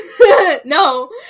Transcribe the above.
No